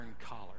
collar